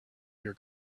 your